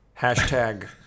hashtag